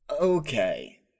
Okay